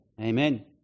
Amen